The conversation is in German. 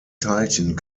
teilchen